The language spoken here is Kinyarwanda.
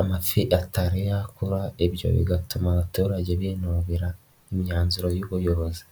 amafi atari yakura, ibyo bigatuma abaturage binubira imyanzuro y'ubuyobozi.